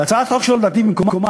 לדעתי, הצעת החוק שלו הייתה במקומה.